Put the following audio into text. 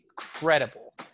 incredible